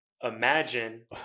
imagine